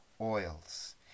oils